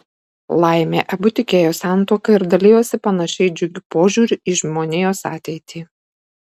laimė abu tikėjo santuoka ir dalijosi panašiai džiugiu požiūriu į žmonijos ateitį